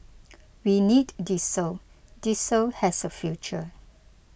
we need diesel diesel has a future